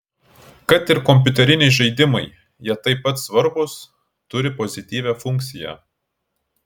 kad ir kompiuteriniai žaidimai jie taip pat svarbūs turi pozityvią funkciją